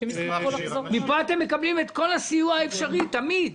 מפה אתם מקבלים את כל הסיוע האפשרי תמיד.